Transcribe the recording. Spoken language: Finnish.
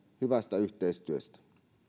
hyvästä yhteistyöstä